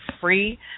free